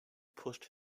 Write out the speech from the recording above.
pushed